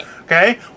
Okay